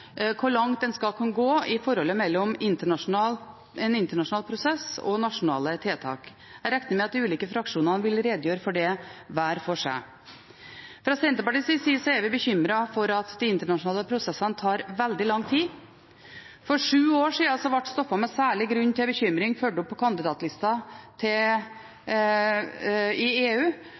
hvor langt en skal kunne gå i forholdet mellom en internasjonal prosess og nasjonale tiltak. Jeg regner med at de ulike fraksjonene vil redegjøre for det hver for seg. Fra Senterpartiets side er vi bekymret for at de internasjonale prosessene tar veldig lang tid. For sju år siden ble stoffer med særlig grunn til bekymring ført opp på kandidatlista i EU,